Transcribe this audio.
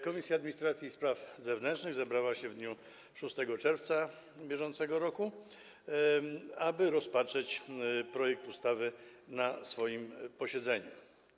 Komisja Administracji i Spraw Wewnętrznych zebrała się w dniu 6 czerwca br., aby rozpatrzeć projekt ustawy na swoim posiedzeniu.